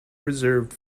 reserved